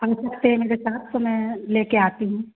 आ सकते हैं मेरे साथ तो मैं लेकर आती हूॅं